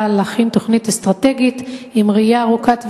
להכין תוכנית אסטרטגית עם ראייה ארוכת טווח,